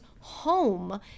home